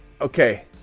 okay